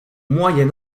moyen